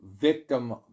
Victim